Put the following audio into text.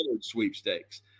sweepstakes